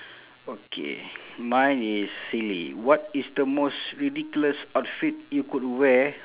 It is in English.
okay mine is silly what is the most ridiculous outfit you could wear